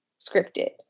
scripted